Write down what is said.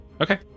Okay